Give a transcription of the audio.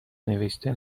نوشته